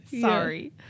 sorry